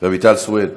רויטל סויד,